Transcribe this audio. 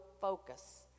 focus